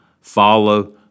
follow